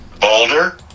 Boulder